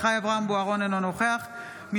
אינו נוכח אביחי אברהם בוארון,